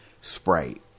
Sprite